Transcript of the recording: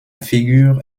figure